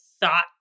thought